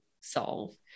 solve